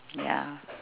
ya